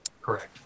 Correct